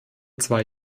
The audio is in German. zwei